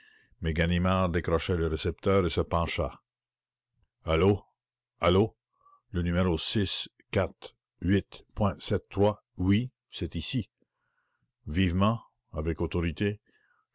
mais ganimard décrocha le récepteur et se pencha allô allô le numéro point cette fois oui c'est ici bien j'attends vivement avec autorité